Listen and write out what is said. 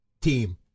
team